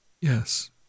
Yes